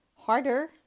harder